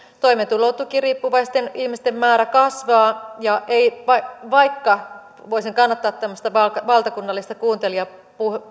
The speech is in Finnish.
toimeentulotukiriippuvaisten ihmisten määrä kasvaa ja vaikka voisin kannattaa tämmöistä valtakunnallista kuuntelijaa